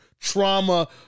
Trauma